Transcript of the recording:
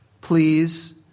please